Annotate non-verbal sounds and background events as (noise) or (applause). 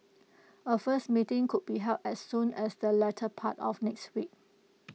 (noise) A first meeting could be held as soon as the latter part of next week